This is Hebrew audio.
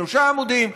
שלושה עמודים,